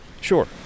Sure